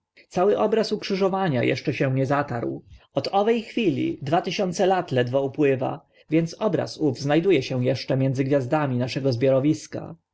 cały obraz ukrzyżowania eszcze się nie zatarł od owe chwili dwa tysiące lat ledwo upływa więc obraz ów zna du e się eszcze między gwiazdami naszego zbiorowiska